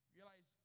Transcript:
Realize